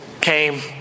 came